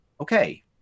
Okay